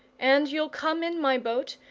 and you'll come in my boat,